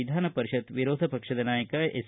ವಿಧಾನ ಪರಿಷತ್ ವಿರೋಧ ಪಕ್ಷದ ನಾಯಕ ಎಸ್